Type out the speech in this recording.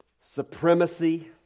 supremacy